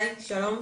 היי, שלום,